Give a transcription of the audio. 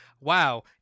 wow